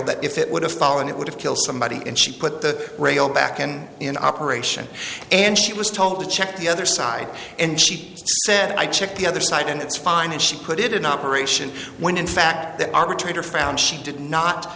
that if it would have fallen it would have killed somebody and she but the rail back and in operation and she was told to check the other side and she said i checked the other side and it's fine and she put it in operation when in fact the arbitrator found she did not